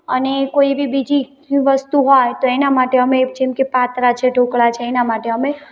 અને કોઈ એવી બીજી વસ્તુ હોય તો એના માટે અમે જેમ કે પાત્રા છે ઢોકળા છે એના માટે અમે